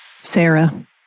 Sarah